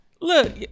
Look